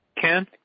Ken